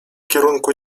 kierunku